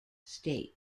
state